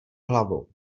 hlavou